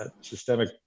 systemic